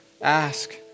ask